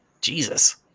Jesus